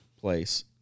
place